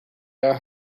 jaar